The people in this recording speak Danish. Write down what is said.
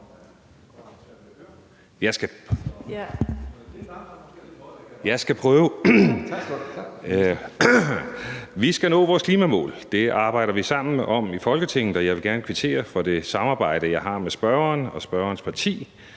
Vi skal nå vores klimamål. Det arbejder vi sammen om i Folketinget, og jeg vil gerne kvittere for det samarbejde, jeg har med spørgeren og spørgerens parti.